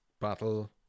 battle